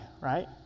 right